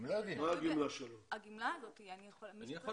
זה הולך